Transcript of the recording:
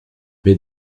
mais